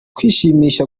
kwishimisha